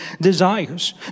desires